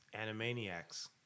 Animaniacs